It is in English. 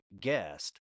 guest